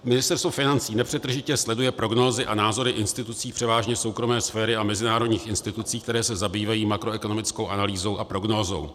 Ministerstvo financí nepřetržitě sleduje prognózy a názory institucí převážně soukromé sféry a mezinárodních institucí, které se zabývají makroekonomickou analýzou a prognózou.